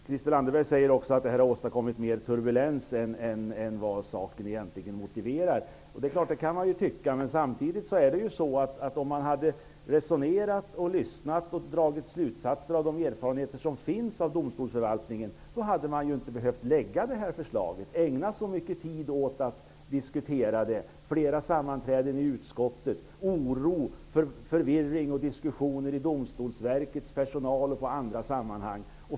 Christel Anderberg säger också att detta har åstadkommit mer turbulens än vad saken egentligen motiverar. Det kan man ju tycka. Men om man hade resonerat, lyssnat och dragit slutsatser av de erfarenheter som finns av domstolsförvaltningen hade man inte behövt lägga fram det här förslaget och man hade inte heller behövt ägna så mycket tid till att diskutera det. Det har ju varit flera sammanträden i utskottet, oro, förvirring och diskussioner bland Domstolsverkets personal och i andra sammanhang.